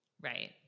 Right